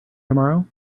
tomorrow